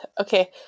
Okay